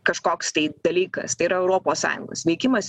kažkoks tai dalykas tai yra europos sąjungos veikimas